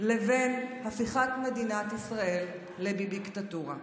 לבין הפיכת מדינת ישראל לביביקטטורה.